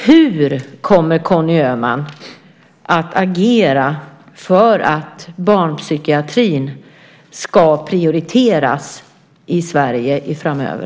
Hur kommer Conny Öhman att agera för att barnpsykiatrin ska prioriteras i Sverige framöver?